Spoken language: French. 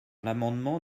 l’amendement